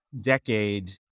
decade